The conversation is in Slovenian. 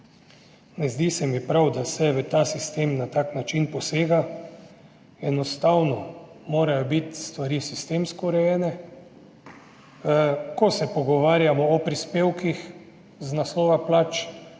Ne zdi se mi prav, da se posega v ta sistem na tak način. Enostavno morajo biti stvari sistemsko urejene. Ko se pogovarjamo o prispevkih iz naslova plač,